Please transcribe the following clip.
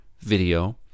video